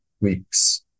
weeks